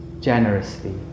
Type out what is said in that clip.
generously